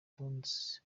tonzi